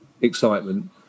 excitement